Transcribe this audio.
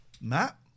matt